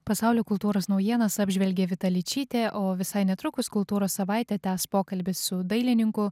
pasaulio kultūros naujienas apžvelgė vita ličytė o visai netrukus kultūros savaitę tęs pokalbis su dailininku